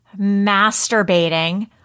masturbating